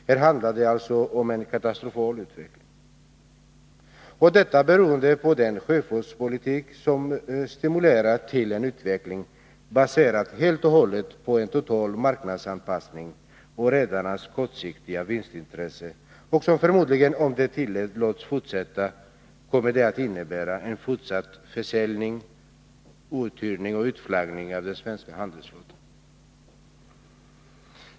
Här handlar det alltså om en katastrofal utveckling — och detta beroende på den sjöfartspolitik som stimulerar till en utveckling helt och hållet baserad på en total marknadsanpassning och redarnas kortsiktiga vinstintressen och som förmodligen, om den tillåts fortsätta, kommer att innebära en fortsatt försäljning, uthyrning och utflaggning av den svenska handelsflottan.